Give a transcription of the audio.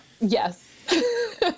Yes